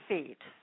Feet